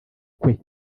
kwe